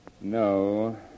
No